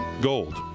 Gold